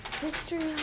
history